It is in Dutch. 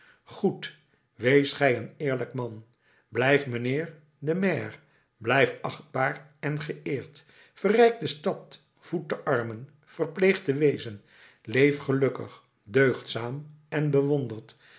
goed wees gij een eerlijk man blijf mijnheer de maire blijf achtbaar en geëerd verrijk de stad voed de armen verpleeg de weezen leef gelukkig deugdzaam en bewonderd